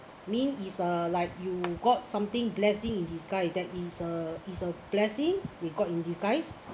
mean is a like you got something blessing in disguise that is a is a blessing you got in disguise